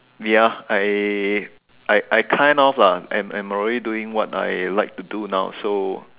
ya I I I kind of lah I'm I'm already doing what I like to do now so